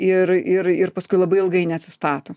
ir ir ir paskui labai ilgai neatsistato